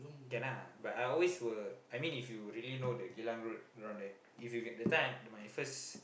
can ah but I always will I mean if you really know the Geylang Road around there if you get the time the my first